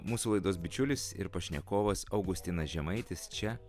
mūsų laidos bičiulis ir pašnekovas augustinas žemaitis čia